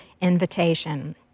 invitation